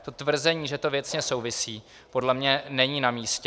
To tvrzení, že to věcně souvisí, podle mě není namístě.